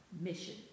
mission